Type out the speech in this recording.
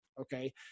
Okay